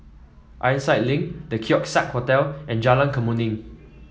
Ironside Link The Keong Saik Hotel and Jalan Kemuning